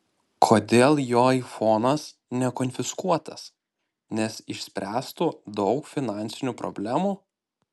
kodėl jo aifonas nekonfiskuotas nes išsispręstų daug finansinių problemų